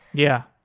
yeah.